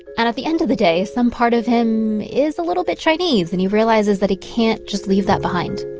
and at the end of the day, some part of him is a little bit chinese, and he realizes that he can't just leave that behind